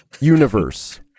universe